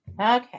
Okay